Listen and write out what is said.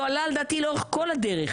לא עלה על דעתי לאורך כל הדרך.